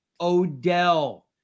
Odell